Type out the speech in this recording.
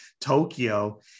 Tokyo